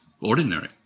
ordinary